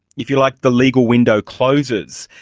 if you like, the legal window closes.